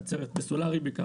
בסולארי בעיקר,